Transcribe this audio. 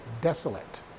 desolate